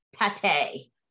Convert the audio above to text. pate